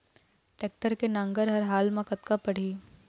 Tractor के नांगर हर हाल मा कतका पड़िही?